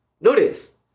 notice